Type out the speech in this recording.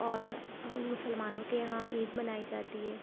اور مسلمانوں کے یہاں عید منائی جاتی ہے